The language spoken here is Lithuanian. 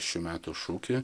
šių metų šūkį